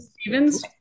Stevens